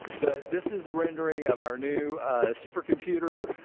but this is a rendering of our new supercomputer.